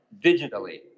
digitally